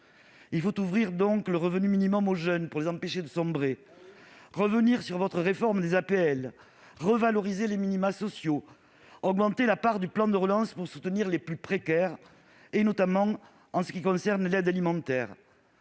Il faut donc ouvrir le revenu minimum aux jeunes pour les empêcher de sombrer, revenir sur votre réforme des aides personnalisées au logement, revaloriser les minima sociaux, augmenter la part du plan de relance pour soutenir les plus précaires, notamment en ce qui concerne l'aide alimentaire.